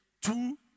two